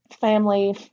Family